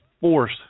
force